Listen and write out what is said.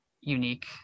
unique